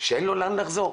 שאין לו לאן לחזור.